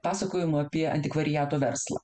pasakojimų apie antikvariato verslą